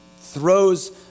throws